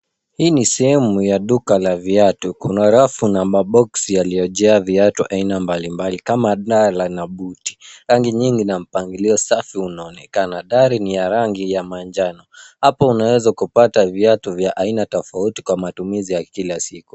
Hii ni sehemu ya duka la viatu. Kuna rafu na maboksi yaliyojaa viatu aina mbalimbali kama adala na buti. Rangi nyingi na mpangilio safi unaonekana. Dari ni ya rangi ya manjano. Hapo unaweza kupata viatu vya aina tofauti kwa matumizi ya kila siku.